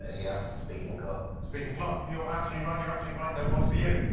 ah yeah, speaking clock. speaking clock. you're absolutely right. you're absolutely right. no points for you.